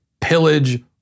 pillage